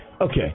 Okay